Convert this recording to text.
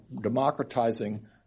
democratizing